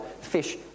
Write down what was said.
fish